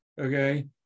okay